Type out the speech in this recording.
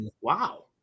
Wow